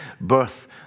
birth